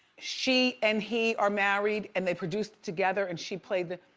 she and he are married and they produced together and she played the,